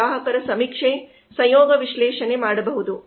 ಗ್ರಾಹಕರ ಸಮೀಕ್ಷೆ ಸಂಯೋಗ ವಿಶ್ಲೇಷಣೆ ಮಾಡಬಹುದು